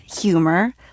humor